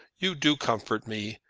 you do comfort me.